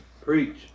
Preach